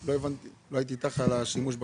לא הייתי איתך על השימוש בכספים.